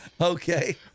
Okay